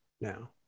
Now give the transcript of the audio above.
now